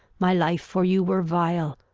my life for you were vile.